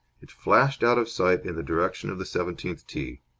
it flashed out of sight in the direction of the seventeenth tee.